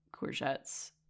courgettes